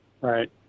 Right